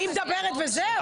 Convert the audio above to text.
היא מדברת וזהו?